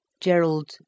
Gerald